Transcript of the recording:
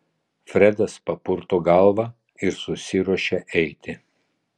fredas papurto galvą ir susiruošia eiti